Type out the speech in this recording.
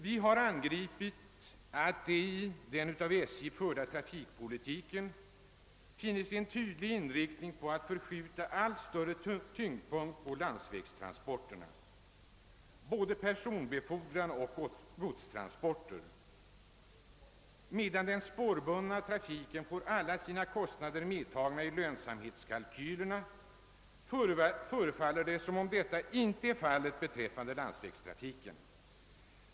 Vi har angripit förhållandet att den av SJ förda trafikpolitiken visar en tydlig inriktning att alltmer förskjuta tyngdpunkten till landsvägstransporterna när det gäller både personbefordran och godstransporter. Medan den spårbundna trafiken får alla sina kostnader medtagna i lönsamhetskalkylerna förefaller det som om detta inte är fallet beträffande <:landsvägstrafiken.